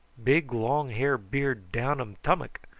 big long hair beard down um tummuck.